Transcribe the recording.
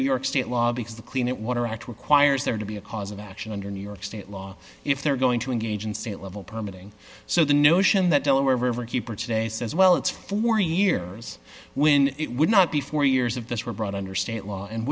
new york state law because the clean it water act requires there to be a cause of action under new york state law if they're going to engage in state level permitting so the notion that delaware river keeper today says well it's four years when it would not be four years of this were brought under state law and